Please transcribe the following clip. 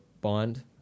bond